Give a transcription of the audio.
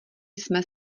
jsme